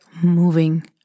moving